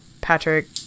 Patrick